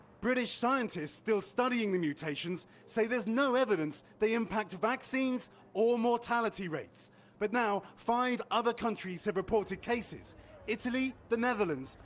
british scientists still studying the mutations say there's no evidence they impact vaccines or mortality rates but now five other countries have reported cases italy, the netherlands,